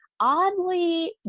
oddly